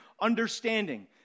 understanding